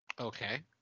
Okay